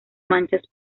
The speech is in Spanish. manchas